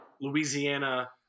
Louisiana